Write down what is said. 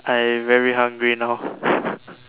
I very hungry now